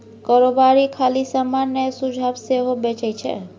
कारोबारी खाली समान नहि सुझाब सेहो बेचै छै